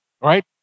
Right